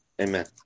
Amen